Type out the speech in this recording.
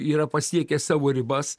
yra pasiekę savo ribas